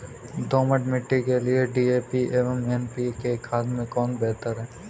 दोमट मिट्टी के लिए डी.ए.पी एवं एन.पी.के खाद में कौन बेहतर है?